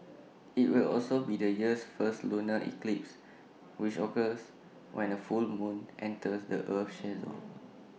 IT will also be the year's first lunar eclipse which occurs when A full moon enters the Earth's shadow